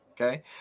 okay